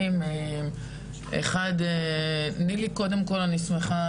אחד נילי קודם כל אני שמחה,